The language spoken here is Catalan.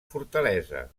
fortalesa